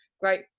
Great